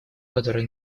которой